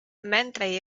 mentre